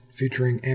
featuring